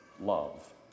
love